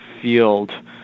field